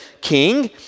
king